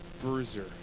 bruiser